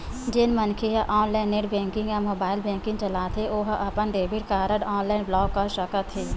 जउन मनखे ह ऑनलाईन नेट बेंकिंग या मोबाईल बेंकिंग चलाथे ओ ह अपन डेबिट कारड ऑनलाईन ब्लॉक कर सकत हे